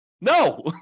No